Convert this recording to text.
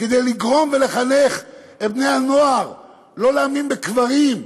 כדי לגרום ולחנך את בני-הנוער לא להאמין בקברים,